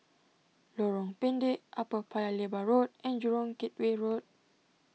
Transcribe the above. Lorong Pendek Upper Paya Lebar Road and Jurong Gateway Road